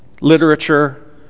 literature